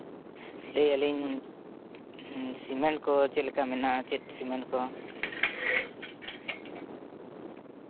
ᱞᱟᱹᱭ ᱮᱫᱼᱟ ᱞᱤᱧ ᱥᱤᱢᱮᱱᱴ ᱠᱚ ᱪᱮᱫ ᱞᱮᱠᱟ ᱢᱮᱱᱟᱜᱼᱟ ᱪᱮᱫ ᱥᱤᱢᱮᱱᱴ ᱠᱚ